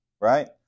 right